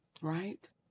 right